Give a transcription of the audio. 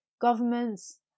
Governments